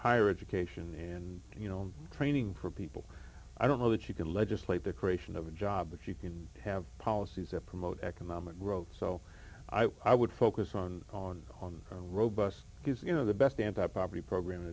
higher education and you know training for people i don't know that you can legislate the creation of a job but you can have policies that promote economic growth so i would focus on on on a robust gives you know the best anti poverty program in